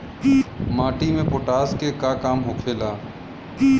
माटी में पोटाश के का काम होखेला?